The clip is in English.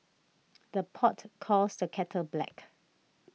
the pot calls the kettle black